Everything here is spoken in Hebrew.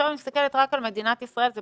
אני מסתכלת עכשיו רק על מדינת ישראל, וזה